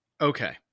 Okay